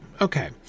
okay